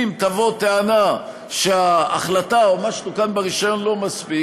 אם תבוא טענה שההחלטה או משהו כאן ברישיון לא מספיק,